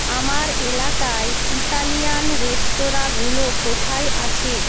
আমার এলাকায় ইতালিয়ান রেস্তোরাঁঁগুলো কোথায় আছে